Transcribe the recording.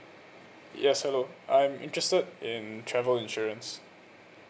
yes hello I'm interested in travel insurance